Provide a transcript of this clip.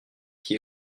qui